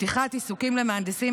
ופתיחת עיסוקים למהנדסים,